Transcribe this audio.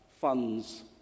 funds